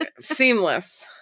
seamless